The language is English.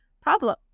problem